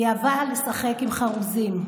היא אהבה לשחק בחרוזים.